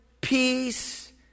peace